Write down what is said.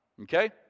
Okay